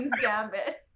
Gambit